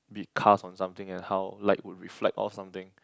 be cast on something and how light would reflect off something